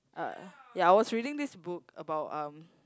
uh ya I was reading this book about um